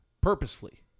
Purposefully